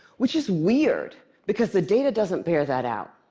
which is weird, because the data doesn't bear that out.